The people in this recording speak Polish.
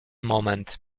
moment